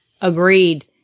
Agreed